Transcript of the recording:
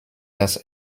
das